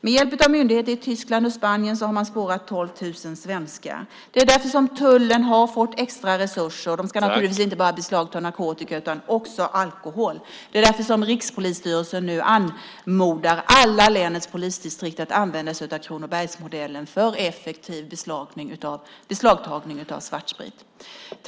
Med hjälp av myndigheter i Tyskland och Spanien har man spårat 12 000 svenskar. Det är därför som tullen har fått extra resurser. Den ska inte bara beslagta narkotika utan naturligtvis också alkohol. Det är därför som Rikspolisstyrelsen nu anmodar alla länspolisdistrikt att använda sig av Kronobergsmodellen för effektiv beslagtagning av sprit.